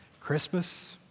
Christmas